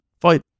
fight